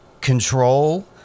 control